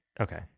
Okay